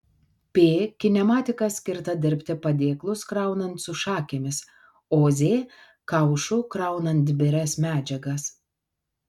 p kinematika skirta dirbti padėklus kraunant su šakėmis o z kaušu kraunant birias medžiagas